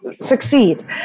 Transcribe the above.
succeed